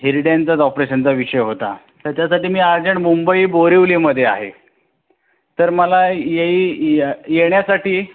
हिरड्यांचंच ऑपरेशनचा विषय होता तर त्यासाठी मी अर्जंट मुंबई बोरीवलीमध्ये आहे तर मला येई येण्यासाठी